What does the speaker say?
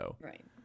Right